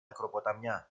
ακροποταμιά